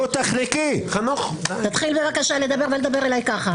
אל תדבר אליי ככה.